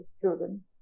children